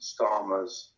starmers